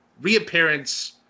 reappearance